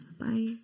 Bye